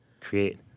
create